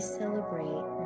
celebrate